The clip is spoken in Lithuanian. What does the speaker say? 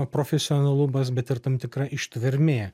profesionalumas bet ir tam tikra ištvermė